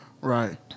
Right